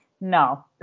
no